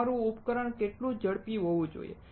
તમારું ઉપકરણ કેટલું ઝડપી હોવું જોઈએ